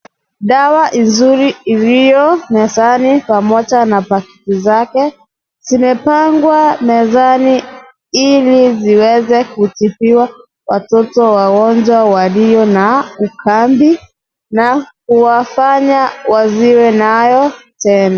Dawa nzuri iliyo na sahani pamoja na bakuli zake zimepangwa mezani ili ziweze kutibiwa watoto wagonjwa walio na ukambi na kuwafanya wasiwe nayo tena.